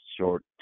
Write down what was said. short